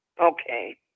Okay